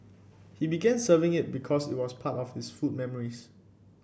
he began serving it because it was part of his food memories